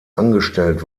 angestellt